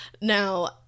Now